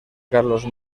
carlos